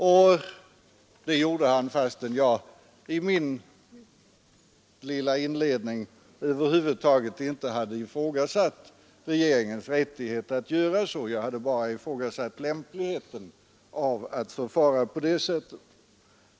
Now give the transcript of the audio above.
Detta gjorde han trots att jag i mitt anförande över huvud taget inte hade ifrågasatt regeringens rätt att handla så — jag hade bara ifrågasatt lämpligheten av att förfara på det sättet.